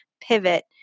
pivot